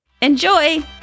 Enjoy